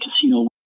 casino